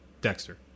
Dexter